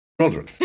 children